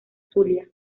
zulia